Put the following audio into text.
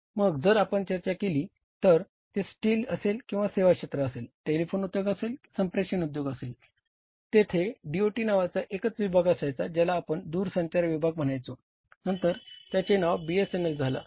मग जर आपण चर्चा केली तर ते स्टील असेल सेवा क्षेत्र असेल टेलिफोन उद्योग असेल संप्रेषण उद्योग असेल तेथे डीओटी नावाचा एकच विभाग असायचा ज्याला आपण दूरसंचार विभाग म्हणायचो नंतर त्याचे नाव बीएसएनएल झाला